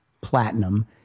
platinum